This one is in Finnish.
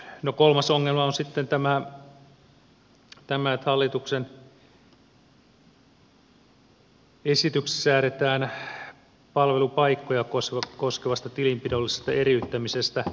no kolmas ongelma on sitten tämä että hallituksen esityksessä säädetään palvelupaikkoja koskevasta tilinpidollisesta eriyttämisestä